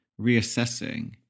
reassessing